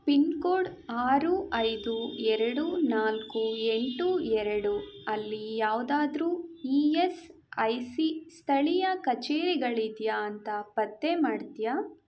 pin code ಆರು ಐದು ಎರಡು ನಾಲ್ಕು ಎಂಟು ಎರಡು ಅಲ್ಲಿ ಯಾವುದಾದರೂ ಇ ಎಸ್ ಐ ಸಿ ಸ್ಥಳೀಯ ಕಚೇರಿಗಳಿದೆಯಾ ಅಂತ ಪತ್ತೆ ಮಾಡ್ತೀಯಾ